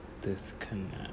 disconnect